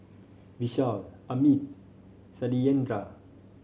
Vishal Amit Satyendra